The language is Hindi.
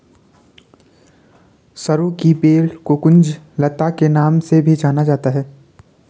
सरू की बेल को कुंज लता के नाम से भी जाना जाता है